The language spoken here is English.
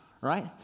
Right